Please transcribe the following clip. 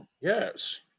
Yes